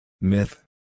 Myth